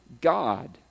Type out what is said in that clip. God